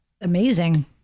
amazing